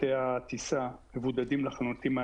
צוותי הטיסה מבודדים לחלוטין.